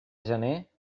gener